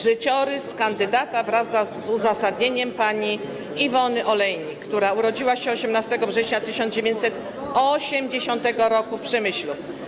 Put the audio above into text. Życiorys kandydata wraz z uzasadnieniem pani Iwony Olejnik, która urodziła się 18 września 1980 r. w Przemyślu.